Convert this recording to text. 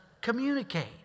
Communicate